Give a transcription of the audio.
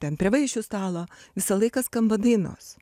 ten prie vaišių stalo visą laiką skamba dainos